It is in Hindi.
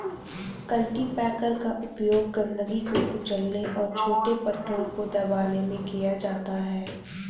कल्टीपैकर का उपयोग गंदगी को कुचलने और छोटे पत्थरों को दबाने में किया जाता है